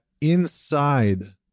inside